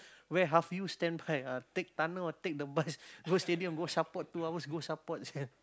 where half you stand back take tunnel or take the bus go stadium go support two hours go support this kind